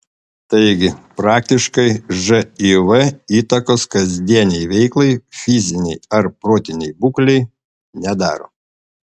taigi praktiškai živ įtakos kasdienei veiklai fizinei ar protinei būklei nedaro